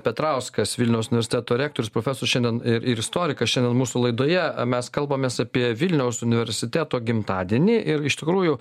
petrauskas vilniaus universiteto rektorius profesorius šiandien ir ir istorikas šiandien mūsų laidoje mes kalbamės apie vilniaus universiteto gimtadienį ir iš tikrųjų